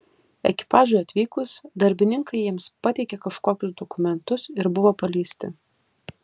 ekipažui atvykus darbininkai jiems pateikė kažkokius dokumentus ir buvo paleisti